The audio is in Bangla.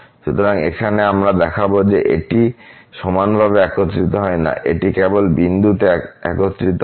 সুতরাং এখানে আমরা দেখাব যে এটি সমানভাবে একত্রিত হয় না এটি কেবল বিন্দুতে একত্রিত হয়